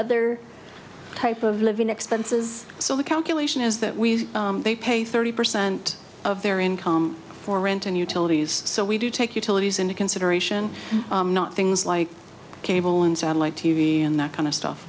other type of living expenses so the calculation is that we pay thirty percent of their income for rent and utilities so we do take utilities into consideration not things like cable and satellite t v and that kind of stuff